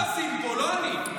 אתה המואזין פה, לא אני.